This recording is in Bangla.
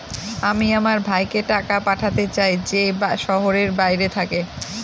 আমি আমার ভাইকে টাকা পাঠাতে চাই যে শহরের বাইরে থাকে